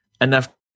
enough